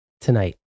tonight